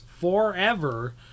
forever